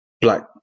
black